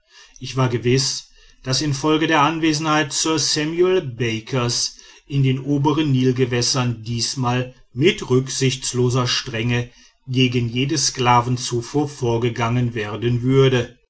ich war gewiß daß infolge der anwesenheit sir samuel bakers in den oberen nilgewässern diesmal mit rücksichtsloser strenge gegen jede sklavenzufuhr vorgegangen werden würde